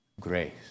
grace